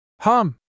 Hum